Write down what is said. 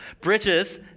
bridges